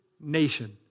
nation